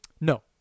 No